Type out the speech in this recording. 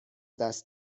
دست